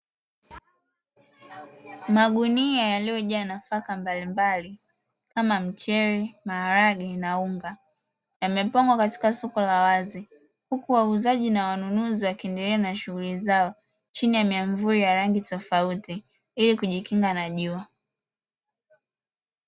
Magunia yaliyojaa nafaka mbalimbali kama mchele, maharage na unga yamepangwa katika soko la wazi, huku wauzaji na wanunuzi wakiendelea na shughuli zao chini ya miamvuli ya rangi tofauti ili kujikinga na jua.